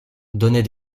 donnait